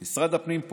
מה עם נצרת, אדוני?